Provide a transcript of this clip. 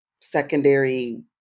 secondary